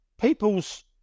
people's